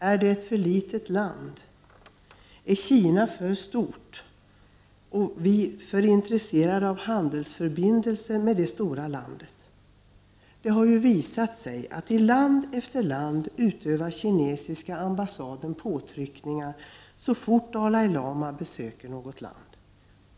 Är det ett för litet land? Är Kina för stort och vi för intresserade av handelsförbindelser med det stora landet? Det har ju visat sig att kinesiska ambassader i land efter land utövar påtryckningar så fort Dalai Lama besöker något land.